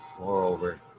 Moreover